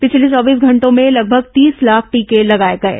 पिछले चौबीस घंटों में लगभग तीस लाख टीके लगाये गये